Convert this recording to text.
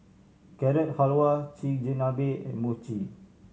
Carrot Halwa Chigenabe and Mochi